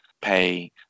pay